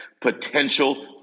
potential